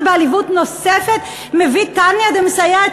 ובעליבות נוספת מביא תניא דמסייע את